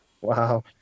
wow